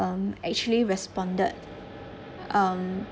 um actually responded um